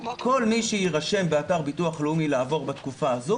כל מי שיירשם באתר ביטוח לאומי לעבור בתקופה הזאת